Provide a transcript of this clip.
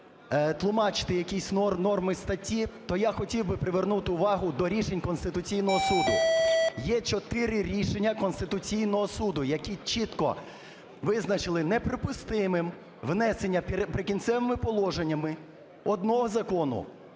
тлумачити якісь норми статті, то я хотів би привернути увагу до рішень Конституційного Суду. Є чотири рішення Конституційного Суду, які чітко визначили неприпустимим внесення "Прикінцевими положеннями" одного закону